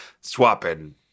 Swapping